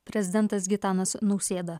prezidentas gitanas nausėda